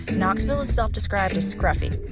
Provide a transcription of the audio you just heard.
knoxville is self-described as scruffy,